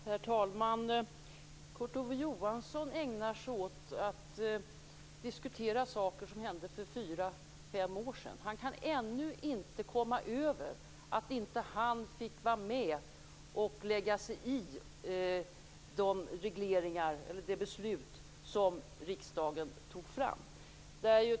Herr talman! Kurt Ove Johansson ägnar sig åt att diskutera saker som hände för fyra fem år sedan. Han kan ännu inte komma över att han inte fick vara med och lägga sig i de beslut som riksdagen fattade.